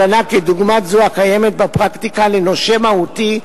הגנה כדוגמת זו הקיימת בפרקטיקה לנושה מהותי בודד,